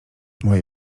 moje